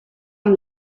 amb